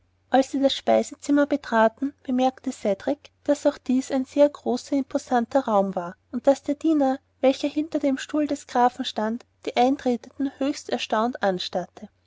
als sie das speisezimmer betraten bemerkte cedrik daß auch dies ein sehr großer imposanter raum war und daß der diener welcher hinter des grafen stuhl stand die eintretenden höchst erstaunt anstarrte